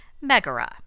Megara